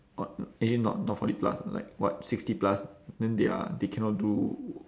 what actually not not forty plus like what sixty plus then they are they cannot do